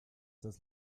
des